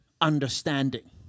understanding